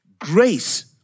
Grace